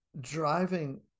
Driving